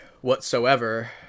whatsoever